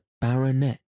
baronet